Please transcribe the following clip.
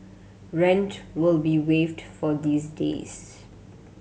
rent will be waived for these days